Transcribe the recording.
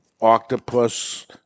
octopus